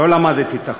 לא למדתי את החוק.